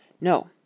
No